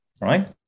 right